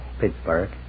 Pittsburgh